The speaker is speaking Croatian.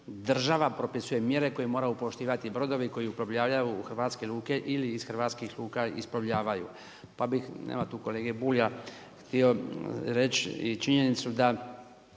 država propisuje mjere koje moraju poštivati brodovi koji uplovljavaju u hrvatske luke ili iz hrvatskih luka isplovljavaju pa bih, nema tu kolege Bulja, htio reći i činjenicu da